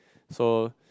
so